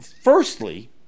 firstly